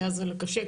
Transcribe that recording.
כי אז זה קשה.